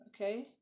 Okay